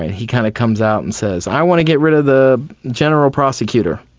and he kind of comes out and says, i want to get rid of the general prosecutor,